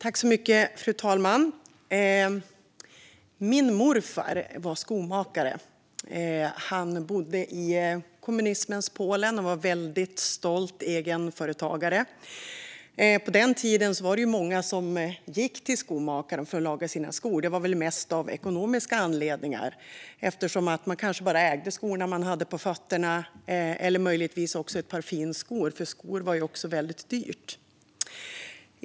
Fru talman! Min morfar var skomakare. Han bodde i kommunismens Polen och var väldigt stolt egenföretagare. På den tiden gick många till skomakaren för att laga sina skor, och det var väl mest av ekonomiska anledningar. Man kanske bara ägde de skor man hade på fötterna och möjligtvis också ett par finskor. Skor var ju väldigt dyrt.